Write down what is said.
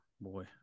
boy